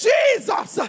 Jesus